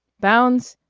bounds!